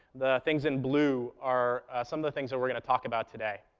the things in blue are some of the things that we're going to talk about today.